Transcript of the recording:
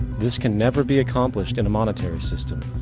this can never be accomplished in a monetary system,